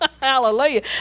Hallelujah